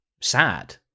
sad